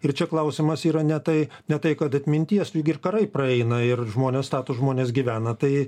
ir čia klausimas yra ne tai ne tai kad atminties juk ir karai praeina ir žmonės stato žmonės gyvena tai